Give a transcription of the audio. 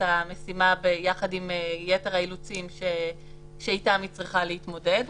המשימה ביחד עם יתר האילוצים שאיתם היא צריכה להתמודד.